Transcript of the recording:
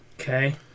Okay